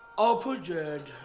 all perjured,